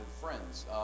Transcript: friends